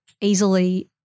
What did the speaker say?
easily